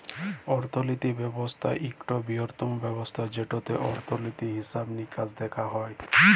অর্থলিতি ব্যবস্থা ইকট বিরহত্তম ব্যবস্থা যেটতে অর্থলিতি, হিসাব মিকাস দ্যাখা হয়